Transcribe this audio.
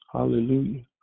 Hallelujah